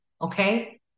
okay